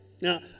Now